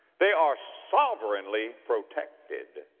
they are sovereignly protected.